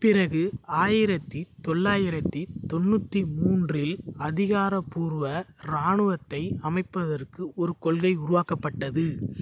பிறகு ஆயிரத்து தொள்ளாயிரத்து தொண்ணூற்றி மூன்றில் அதிகார பூர்வ இராணுவத்தை அமைப்பதற்கு ஒரு கொள்கை உருவாக்கப்பட்டது